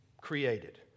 created